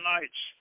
Nights